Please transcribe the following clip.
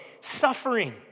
Suffering